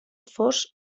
fos